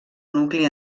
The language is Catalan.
nucli